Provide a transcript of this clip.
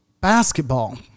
Basketball